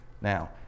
Now